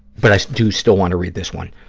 but i do still want to read this one.